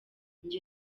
nge